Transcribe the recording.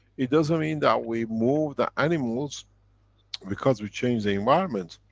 it doesn't mean that we move the animals because we changed the environment.